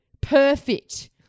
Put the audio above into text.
Perfect